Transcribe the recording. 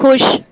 خوش